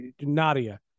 nadia